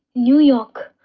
new york!